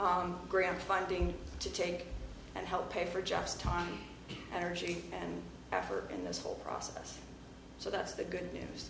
total grant funding to take and help pay for just time energy and effort in this whole process so that's the good news